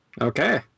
Okay